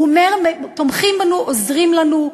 הוא אומר: תומכים בנו, עוזרים לנו,